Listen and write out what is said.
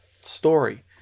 story